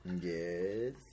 Yes